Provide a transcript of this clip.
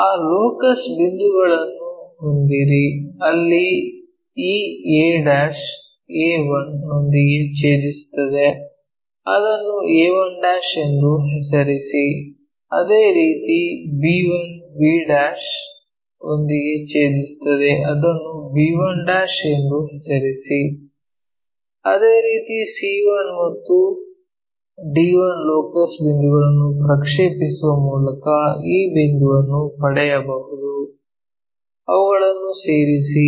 ಆ ಲೊಕಸ್ ಬಿಂದುಗಳನ್ನು ಹೊಂದಿರಿ ಅಲ್ಲಿ ಈ a a1 ನೊಂದಿಗೆ ಛೇದಿಸುತ್ತದೆ ಅದನ್ನು a1' ಎಂದು ಹೆಸರಿಸಿ ಅದೇ ರೀತಿ b1 b' ನೊಂದಿಗೆ ಛೇದಿಸುತ್ತದೆ ಅದನ್ನು b1 ಎಂದು ಹೆಸರಿಸಿ ಅದೇ ರೀತಿ c1 ಮತ್ತು d1 ಲೋಕಸ್ ಬಿಂದುಗಳನ್ನು ಪ್ರಕ್ಷೇಪಿಸುವ ಮೂಲಕ ಈ ಬಿಂದುವನ್ನು ಪಡೆಯಬಹುದು ಅವುಗಳನ್ನು ಸೇರಿಸಿ